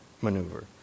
maneuver